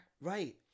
Right